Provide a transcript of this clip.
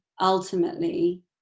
ultimately